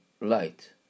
light